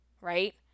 right